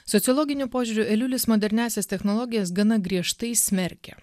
sociologiniu požiūriu eliulis moderniąsias technologijas gana griežtai smerkia